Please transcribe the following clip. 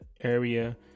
area